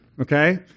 okay